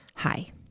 Hi